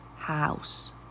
House